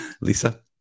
lisa